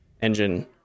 engine